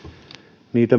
niitä